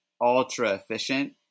ultra-efficient